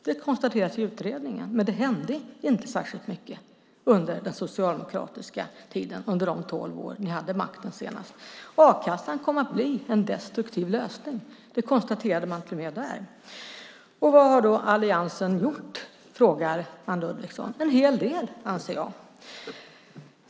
Det konstaterades i utredningen, men det hände inte särskilt mycket under de tolv år Socialdemokraterna hade makten senast. A-kassan kom att bli en destruktiv lösning. Det konstaterade man till och med där. Vad har då alliansen gjort, frågar Anne Ludvigsson. En hel del, anser jag.